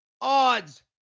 odds